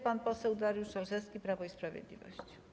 Pan poseł Dariusz Olszewski, Prawo i Sprawiedliwość.